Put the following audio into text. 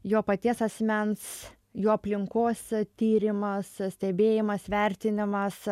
jo paties asmens jo aplinkos tyrimas stebėjimas vertinimas